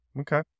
Okay